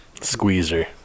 Squeezer